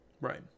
right